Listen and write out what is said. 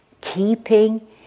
keeping